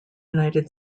united